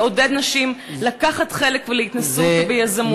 תעודד נשים לקחת חלק ולהתנסות ביזמות.